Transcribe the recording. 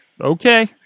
Okay